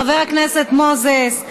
חבר הכנסת מוזס,